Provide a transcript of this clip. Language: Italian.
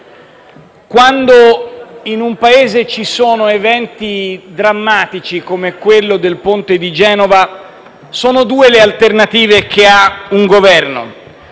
Quando in un Paese ci sono eventi drammatici come quello del ponte di Genova, le alternative che un Governo